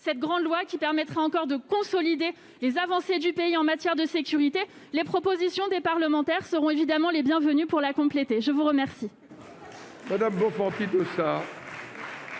Cette grande loi permettra de consolider les avancées du pays en matière de sécurité et les propositions des parlementaires seront évidemment les bienvenues pour la compléter. La parole